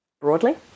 broadly